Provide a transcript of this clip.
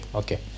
okay